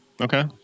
Okay